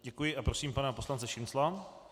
Děkuji a prosím pana poslance Šincla.